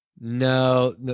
no